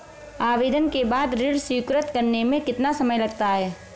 आवेदन के बाद ऋण स्वीकृत करने में कितना समय लगता है?